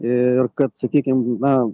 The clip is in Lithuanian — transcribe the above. ir kad sakykim na